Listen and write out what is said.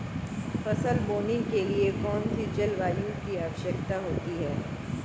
फसल बोने के लिए कौन सी जलवायु की आवश्यकता होती है?